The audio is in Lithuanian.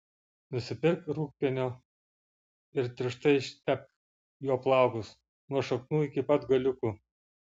nusipirk rūgpienio ir tirštai ištepk juo plaukus nuo šaknų iki pat galiukų